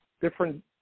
different